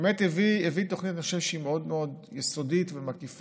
באמת הביא תוכנית שאני חושב שהיא מאוד יסודיות ומקיפה,